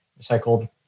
recycled